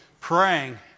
praying